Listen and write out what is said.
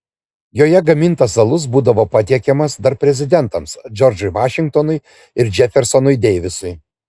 joje gamintas alus būdavo patiekiamas dar prezidentams džordžui vašingtonui ir džefersonui deivisui